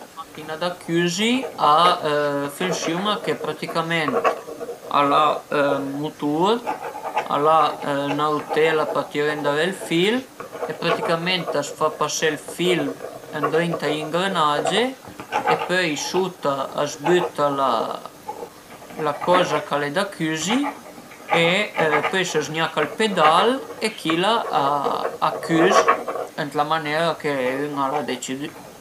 La machin-a da cüzi a funsiun-a che prarticament al a ën mutur, al a 'na rutela për tiré ëndarera ël fil e praticament a s'fa pasé ël fil ëndrinta a i ëngranage e pöi suta a s'büta la coza ch'al e da cüzi e pöi a së znagna ël pedal e chili a cüs ën la maniera ch'ün al a decidü